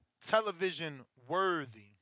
television-worthy